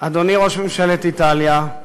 אדוני ראש ממשלת איטליה,